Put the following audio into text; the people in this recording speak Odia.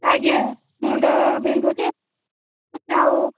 ଆଜ୍ଞା ମୁଣ୍ଡ ବିନ୍ଧୁଛି ଆଉ